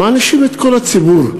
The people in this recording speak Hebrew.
מענישים את כל הציבור.